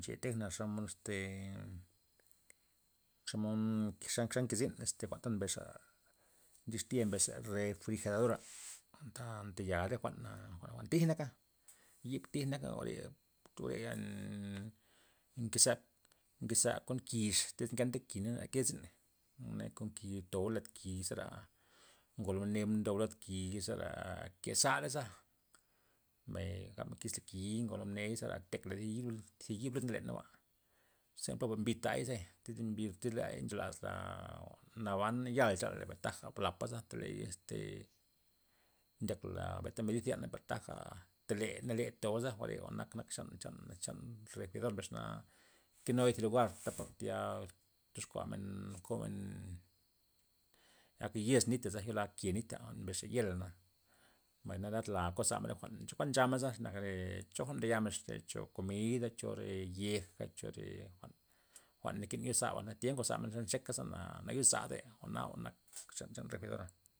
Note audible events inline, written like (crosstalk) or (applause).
Nche tejna xomod este, xomod xa- xa nke zyn este jwa'n ta mbesxa distya mbesxa regrigeradora, jwa'n nta toyal re jwa'n a jwa'n jwa'n tij naka yin tij nak jwa're per (hesitation) nkeza- nkeza kon ki tyz ngenta ki za na key zyn jwana lad ki toba lad ki zera ngolo mne mboda las ki zera kezarasa', mbay gabmen kisla ki ngo mney zera tekley zi yib lud nzo leneyba, ze poba mbi tay ze tyz nchelasla naban yal chanla za taja lapa'za iz teley ndiaklam benta mbrid yaney taja teley nale tobaza, jware nak- nak cha- chan regrigerador mbesxana nkenuy zi lugar ta par tayal toxkuamen komen ak yes nita yela ke nita mbesxa ye'la na mbay lad la' kozamen re jwa'n jwa'n chamen za zenak re choja jwa'n ndoyamen este cho komida chore yeja chore jwa'n nakin yo zaba ti'a ngozamen nxeka zana nayozaide jwa'na nak chan- chan refrigeradora'.